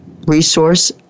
resource